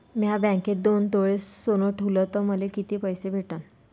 म्या बँकेत दोन तोळे सोनं ठुलं तर मले किती पैसे भेटन